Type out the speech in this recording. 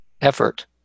effort